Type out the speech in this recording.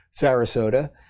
Sarasota